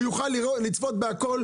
הוא יוכל לצפות בכול.